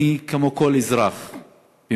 אני, כמו כל אזרח במדינה,